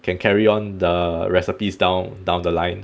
can carry on the recipes down down the line